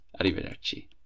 arrivederci